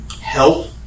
help